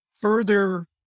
further